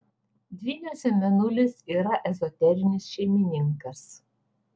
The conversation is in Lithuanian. dvyniuose mėnulis yra ezoterinis šeimininkas